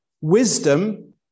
wisdom